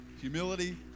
humility